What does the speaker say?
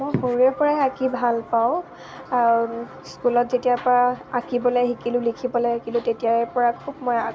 মই সৰুৰে পৰাই আঁকি ভাল পাওঁ স্কুলত যেতিয়াৰ পৰা আঁকিবলে শিকিলোঁ লিখিবলৈ শিকিলোঁ তেতিয়াৰে পৰা খুব মই